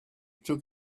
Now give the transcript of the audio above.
took